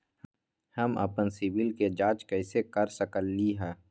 हम अपन सिबिल के जाँच कइसे कर सकली ह?